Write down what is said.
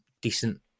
decent